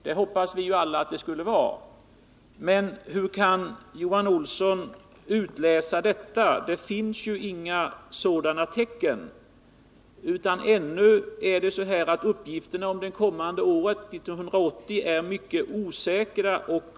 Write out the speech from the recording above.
Det hoppas vi alla att det skulle vara, men hur kan Johan Olsson utläsa detta? Det finns inga tecken på det, utan uppgifterna om det kommande året, 1980, är ännu mycket osäkra.